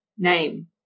Name